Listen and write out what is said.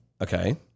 Okay